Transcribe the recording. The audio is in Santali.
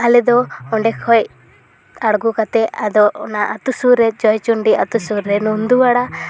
ᱟᱞᱮ ᱫᱚ ᱚᱸᱰᱮ ᱠᱷᱚᱡ ᱟᱲᱜᱚ ᱠᱟᱛᱮᱫ ᱟᱫᱚ ᱚᱱᱟ ᱟᱹᱛᱩ ᱥᱩᱨ ᱨᱮ ᱡᱚᱭᱪᱚᱱᱰᱤ ᱟᱹᱛᱩ ᱥᱩᱨ ᱨᱮ ᱱᱩᱱᱫᱩᱣᱟᱲᱟ